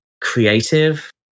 creative